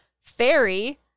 fairy